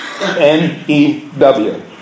N-E-W